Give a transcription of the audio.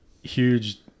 Huge